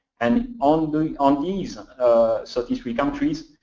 and and on these and so thirty three countries,